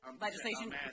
legislation